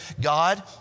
God